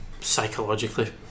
psychologically